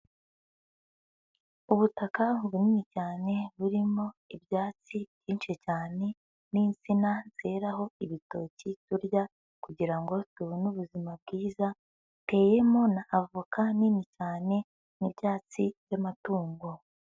Ubutaka bunini cyane buririmo ibyatsi byinshi cyane n'itsina zeraho ibitoki turya kugira ngo tubone ubuzima bwiza, hateyemo na avoka nini cyane n'ibyatsi by'amatungo.